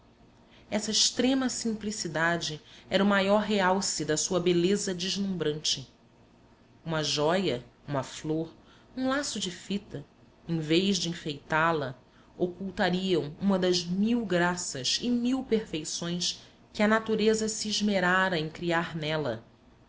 essa extrema simplicidade era o maior realce da sua beleza deslumbrante uma jóia uma flor um laço de fita em vez de enfeitá la ocultariam uma das mil graças e mil perfeições que a natureza se esmerara em criar nela